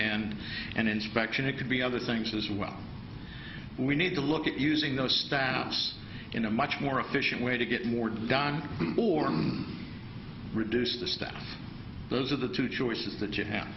and and inspection it could be other things as well we need to look at using those staffs in a much more efficient way to get more done born reduce the staff those are the two choices th